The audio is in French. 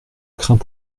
crains